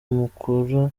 mukura